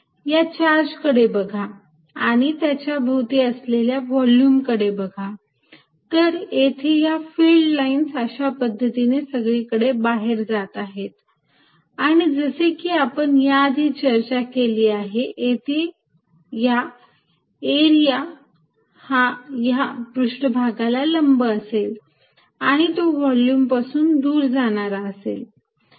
या चार्जकडे बघा आणि त्याच्या भोवती असलेल्या व्हॉल्युमकडे बघा तर येथे या फिल्ड लाईन्स अशा पद्धतीने सगळीकडे बाहेर जात आहेत आणि जसे की आपण या आधी चर्चा केली आहे येथे एरिया हा पृष्ठभागाला लंब असेल आणि तो व्हॉल्युम पासून दूर जाणारा असेल